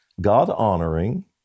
God-honoring